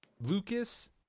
Lucas